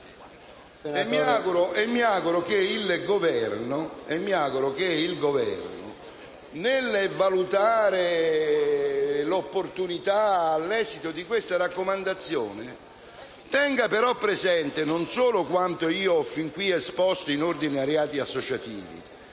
dal telefono, nel valutare l'opportunità e l'esito di questa raccomandazione, tenga presente, non solo quanto ho fin qui esposto in ordine ai reati associativi,